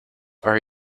are